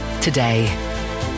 today